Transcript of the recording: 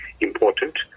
important